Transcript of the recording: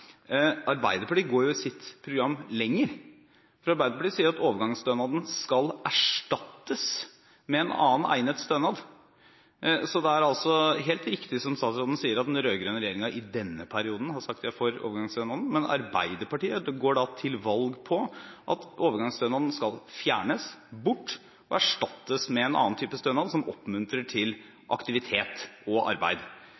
Arbeiderpartiet går lenger i sitt program. Arbeiderpartiet sier at overgangsstønaden skal erstattes med en annen egnet stønad. Det er helt riktig som statsråden sier, at den rød-grønne regjeringen i denne perioden har sagt de er for overgangsstønaden. Men Arbeiderpartiet går til valg på at overgangsstønaden skal fjernes – bort – og erstattes med en annen type stønad som oppmuntrer